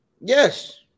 Yes